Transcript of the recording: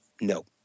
no